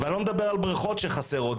אני לא מדבר על בריכות שחסרות.